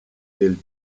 del